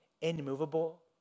Immovable